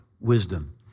wisdom